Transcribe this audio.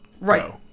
right